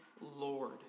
Lord